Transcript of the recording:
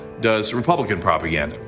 does republican propaganda.